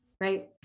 right